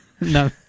No